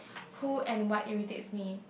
who and what irritates me